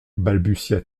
balbutia